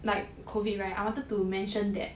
like COVID right I wanted to mention that